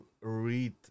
read